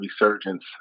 resurgence